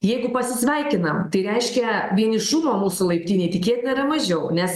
jeigu pasisveikinam tai reiškia vienišumo mūsų laiptinėj tikėtina yra mažiau nes